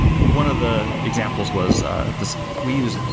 one of the examples was ah this we use,